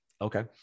Okay